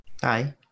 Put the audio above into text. Hi